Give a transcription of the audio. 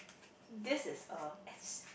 this is a as